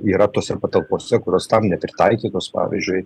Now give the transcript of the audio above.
yra tose patalpose kurios tam nepritaikytos pavyzdžiui